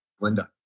Linda